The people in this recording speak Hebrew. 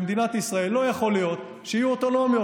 במדינת ישראל לא יכול להיות שיהיו אוטונומיות.